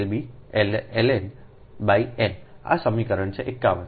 Ln n આ સમીકરણ છે 51